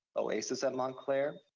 oasis at montclair.